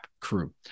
crew